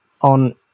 On